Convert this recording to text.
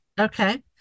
Okay